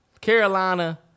Carolina